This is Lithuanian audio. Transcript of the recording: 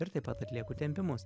ir taip pat atlieku tempimus